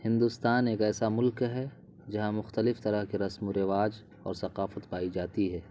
ہندوستان ایک ایسا ملک ہے جہاں مختلف طرح کے رسم و رواج اور ثقافت پائی جاتی ہے